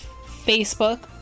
Facebook